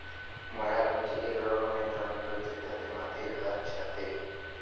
ময়ার হছে ইক রকমের যল্তর যেটতে মাটির ঘাঁস ছাঁটে